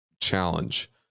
challenge